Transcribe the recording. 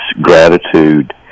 gratitude